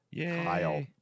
Kyle